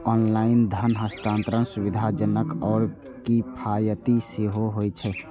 online धन हस्तांतरण सुविधाजनक आ किफायती सेहो होइ छै